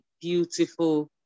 beautiful